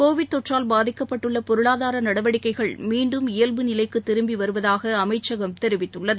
Covid தொற்றால் பாதிக்கப்பட்டுள்ள பொருளாதார நடவடிக்கைகள் மீண்டும் இயல்பு நிலைக்கு திரும்பி வருவதாக அமைச்சகம் தெரிவித்துள்ளது